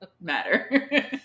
matter